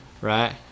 right